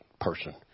person